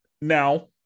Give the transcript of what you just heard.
now